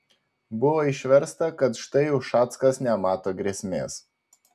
buvo išversta kad štai ušackas nemato grėsmės